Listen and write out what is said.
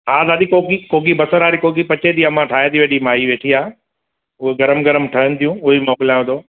हा दादी कोकी कोकी बसर वारी कोकी पचे थी अमां ठाहे थी वेठी माई वेठी आहे उहो गरम गरम ठहनि थियूं उहे बि मोकिलियांव थो